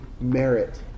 merit